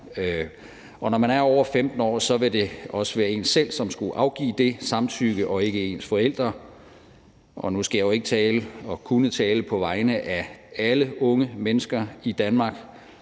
Og når man er over 15 år, vil det også være en selv, som skal afgive det samtykke, og ikke ens forældre. Og nu skal og kan jeg jo ikke tale på vegne af alle unge mennesker i Danmark,